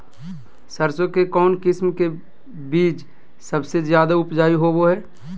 सरसों के कौन किस्म के बीच सबसे ज्यादा उपजाऊ होबो हय?